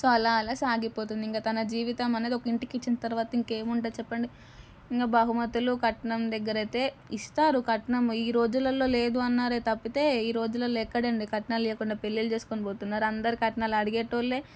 so అలా అలా సాగిపోతుంది ఇంకా తన జీవితం అనేది ఒక ఇంటికి ఇచ్చిన తరువాత ఇంకేం ఉంటుంది చెప్పండి ఇంకా బహుమతులు కట్నం దగ్గర అయితే ఇస్తారు కట్నం ఈ రోజులలో లేదు అన్నారే తప్పితే ఈ రోజులల్లో ఎక్కడ అండీ కట్నం లేకుండా పెళ్ళిళ్ళు చేసుకుని పోతున్నారు అందరు కట్నాలు అడిగేవాళ్ళే